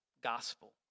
gospel